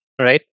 right